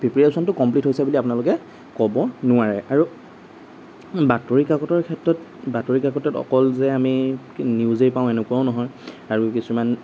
প্ৰিপেয়াৰেশ্যনটো complete হৈছে বুলি আপোনালোকে ক'ব নোৱাৰে আৰু বাতৰি কাকতৰ ক্ষেত্ৰত বাতৰি কাকতত অকল যে আমি নিউজেই পাওঁ এনেকুৱাও নহয় আৰু কিছুমান